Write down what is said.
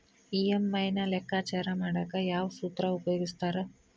EMI ನ ಲೆಕ್ಕಾಚಾರ ಮಾಡಕ ಯಾವ್ ಸೂತ್ರ ಉಪಯೋಗಿಸ್ತಾರ